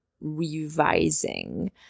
revising